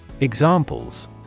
Examples